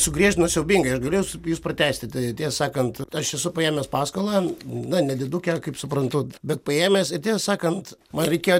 sugriežtino siaubingai aš galiu jus jus pratęsti tai tiesą sakant aš esu paėmęs paskolą na nedidukę kaip suprantu bet paėmęs ir tiesą sakant man reikėjo